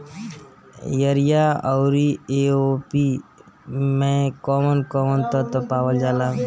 Urea औरी A O P मै कौवन कौवन तत्व पावल जाला?